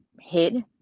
hid